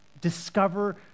discover